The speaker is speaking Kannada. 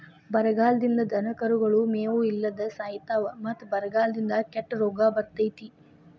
ಬರಗಾಲದಿಂದ ದನಕರುಗಳು ಮೇವು ಇಲ್ಲದ ಸಾಯಿತಾವ ಮತ್ತ ಬರಗಾಲದಿಂದ ಕೆಟ್ಟ ರೋಗ ಬರ್ತೈತಿ